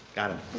got it.